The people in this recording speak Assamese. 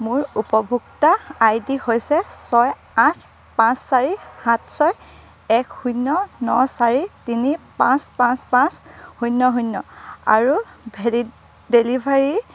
মোৰ উপভোক্তা আই ডি হৈছে ছয় আঠ পাঁচ চাৰি সাত ছয় এক শূন্য ন চাৰি তিনি পাঁচ পাঁচ পাঁচ শূন্য শূন্য আৰু ডেলিভাৰীৰ